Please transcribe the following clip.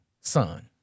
son